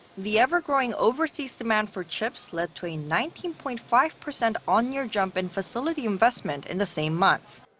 the ever-growing overseas demand for chips led to a nineteen point five percent on-year jump in facility investment in the same month.